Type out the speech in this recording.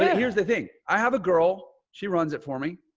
yeah here's the thing. i have a girl, she runs it for me.